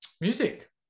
music